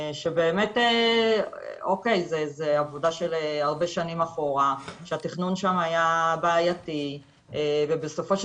שבאמת זו עבודה של הרבה שנים אחורה שהתכנון שהם היה בעייתי ובסופו של